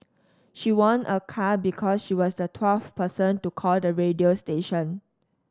she won a car because she was the twelfth person to call the radio station